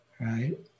right